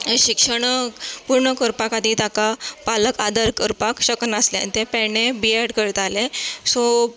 शिक्षण पूर्ण करपा खातीर ताका पालक आदर करपाक शकनासले आनी तें पेडणे बी एड करतालें सो